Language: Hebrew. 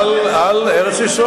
גם אני מדבר על ארץ-ישראל.